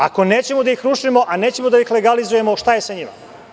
Ako nećemo da ih rušimo, a nećemo da ih legalizujemo šta je sa njima.